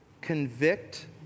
convict